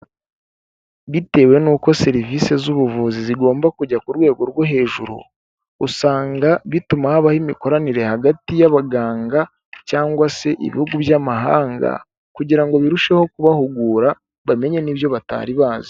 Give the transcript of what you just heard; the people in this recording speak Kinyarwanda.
Bitewe n'uko serivisi z'ubuvuzi zigomba kujya ku rwego rwo hejuru, usanga bituma habaho imikoranire hagati y'abaganga cyangwa se ibihugu by'amahanga kugira ngo birusheho kubahugura, bamenye n'ibyo batari bazi.